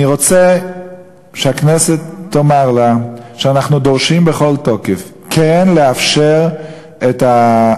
אני רוצה שהכנסת תאמר לה שאנחנו דורשים בכל תוקף כן לאפשר את תשלום